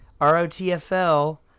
R-O-T-F-L